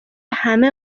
همه